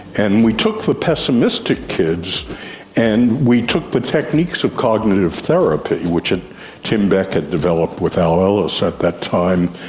and we took the pessimistic kids and we took the techniques of cognitive therapy, which and tim beck had developed with al ellis at that time,